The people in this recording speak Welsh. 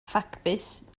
ffacbys